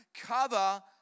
cover